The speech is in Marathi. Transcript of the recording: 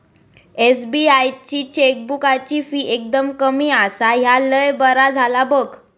एस.बी.आई ची चेकबुकाची फी एकदम कमी आसा, ह्या लय बरा झाला बघ